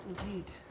Indeed